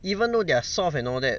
even though they are soft and all that